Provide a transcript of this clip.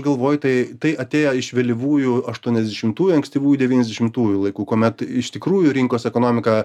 galvoju tai tai atėję iš vėlyvųjų aštuoniasdešimtųjų ankstyvųjų devyniasdešimtųjų laikų kuomet iš tikrųjų rinkos ekonomika